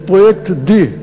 פרויקט D,